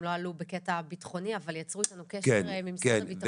הם לא עלו בקטע ביטחוני אבל יצרו איתנו קשר ממשרד הביטחון.